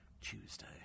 Tuesday